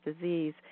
disease